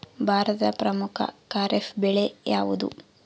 ಭಾರತದ ಪ್ರಮುಖ ಖಾರೇಫ್ ಬೆಳೆ ಯಾವುದು?